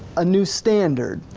a new standard.